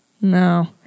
no